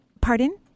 pardon